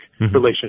relationship